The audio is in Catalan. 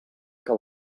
que